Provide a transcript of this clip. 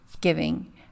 giving